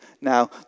Now